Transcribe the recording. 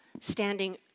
standing